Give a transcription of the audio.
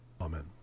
amen